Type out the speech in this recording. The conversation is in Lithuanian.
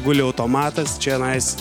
guli automatas čionais